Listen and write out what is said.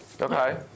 Okay